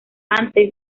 rechazada